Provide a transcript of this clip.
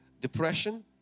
depression